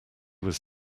was